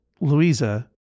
Louisa